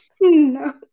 No